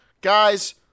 Guys